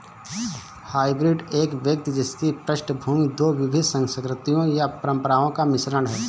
hybrid एक व्यक्ति जिसकी पृष्ठभूमि दो विविध संस्कृतियों या परंपराओं का मिश्रण है